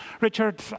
Richard